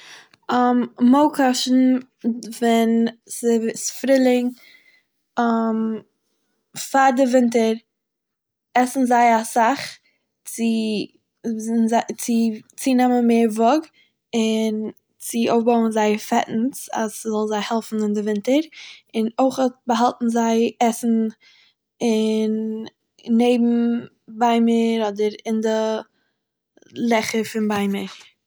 מויקאש'ן ווען... ס'וו ס'איז פרילונג פאר די וויטנער עסן זיי אסאך צו זז צו צונעמען מער וואג און צו... אויפבויען זייער פעטענס אז ס'זאל זיי העלפן אין די ווינטער און אויכעט באהאלטן זיי עסן און... נעבן ביימער... אדער אין די.... לעכער פון ביימער.